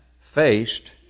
faced